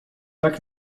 tak